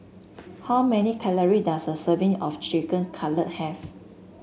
how many calory does a serving of Chicken Cutlet have